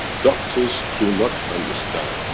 doctors do not understand.